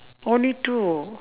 only two